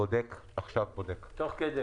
אני בודק את זה.